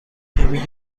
کمی